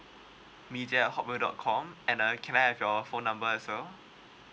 media at hotmail dot com and uh can I have your phone number as well